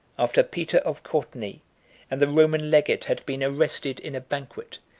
after peter of courtenay and the roman legate had been arrested in a banquet,